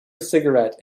cigarette